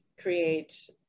create